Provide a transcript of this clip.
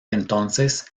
entonces